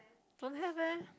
don't have eh